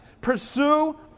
Pursue